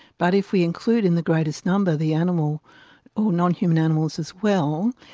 but if we include in the greatest number the animal or non-human animals as well,